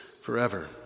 forever